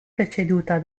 preceduta